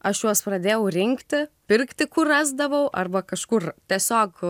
aš juos pradėjau rinkti pirkti kur rasdavau arba kažkur tiesiog